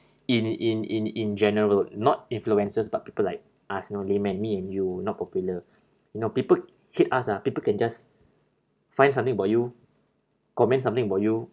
in in in in general not influencers but people like us you know laymen me and you not popular you know people hate us ah people can just find something about you comment something about you